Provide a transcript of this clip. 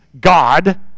God